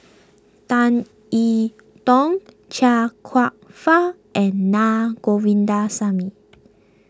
Tan E Tong Chia Kwek Fah and Na Govindasamy